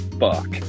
fuck